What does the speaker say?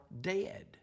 dead